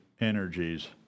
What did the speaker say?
energies